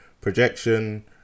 projection